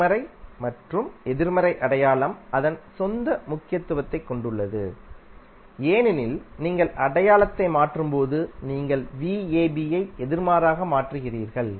நேர்மறை மற்றும் எதிர்மறை அடையாளம் அதன் சொந்த முக்கியத்துவத்தைக் கொண்டுள்ளது ஏனெனில் நீங்கள் அடையாளத்தை மாற்றும்போது நீங்கள் ஐ எதிர்மாறாக மாற்றுகிறீர்கள்